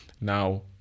Now